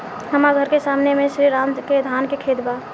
हमर घर के सामने में श्री राम के धान के खेत बा